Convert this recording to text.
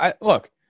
Look